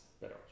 better